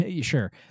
sure